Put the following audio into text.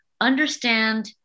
understand